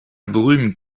brume